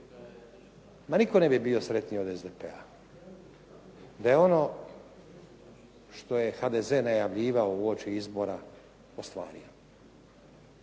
Ma nitko ne bi bio sretniji od SDP-a da je ono što je HDZ najavljivao uoči izbora ostvario.